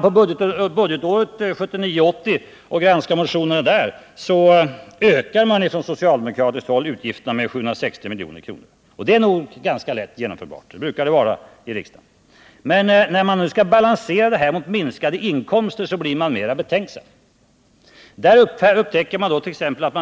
Om man granskar de motioner som gäller budgetåret 1979/80, finner man att det från socialdemokratiskt håll framförs krav på utgiftsökningar med 760 milj.kr. Sådana ändringar brukar vara ganska lätta att genomföra i riksdagen. Men när det gäller förslagen till balansering härav mot ökade inkomster blir man mera betänksam. Motionärerna vill